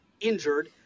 injured